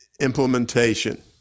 implementation